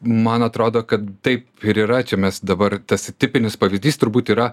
man atrodo kad taip ir yra čia mes dabar tas tipinis pavyzdys turbūt yra